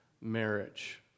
marriage